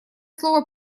слово